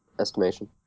estimation